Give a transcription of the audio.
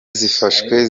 zifashwe